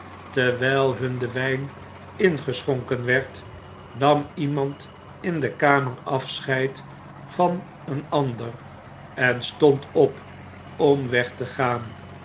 terwijl hun de wjjn ingeschonken werd nam iemand in de kamer afscheid van een ander en stond op om weg te gaan